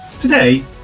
Today